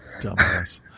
Dumbass